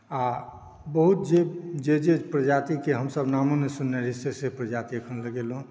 आओर बहुत जे जे जे प्रजातीके हमसभ नामो नहि सुनने रही से से प्रजाति एखन लगेलहुँ